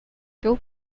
two